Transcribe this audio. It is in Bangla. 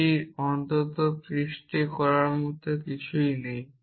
এটি অন্তত পৃষ্ঠে করার মতো কিছুই নয়